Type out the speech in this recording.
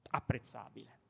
apprezzabile